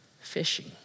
fishing